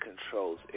controls